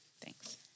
Thanks